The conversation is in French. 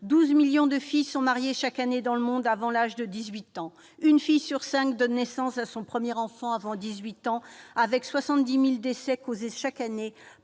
12 millions de filles sont mariées chaque année dans le monde avant l'âge de 18 ans, qu'une fille sur cinq donne naissance à son premier enfant avant 18 ans et que 70 000 décès sont causés chaque année